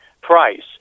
price